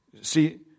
See